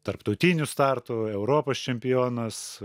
tarptautinių startų europos čempionas